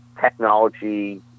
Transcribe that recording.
technology